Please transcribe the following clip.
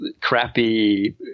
crappy